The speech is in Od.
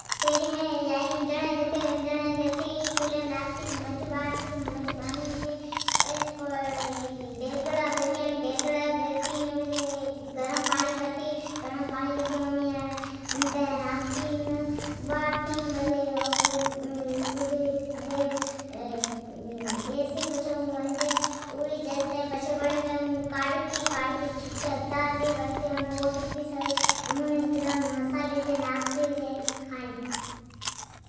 پرین مین ادڑیگتئ آوین پچھے چولیم ناکھین پچھے دیگڑا گیی آوین گرم پاڑین کرتئ ایڈی ابارین کجھ دیر بیسین ایڈین اکڑی پچھے کاڈتی اوجی چھبٹھی اتارتے پچھے سٹھے نمونی سی بوٹتے مصالی ناکھتی پچھے مین کھئین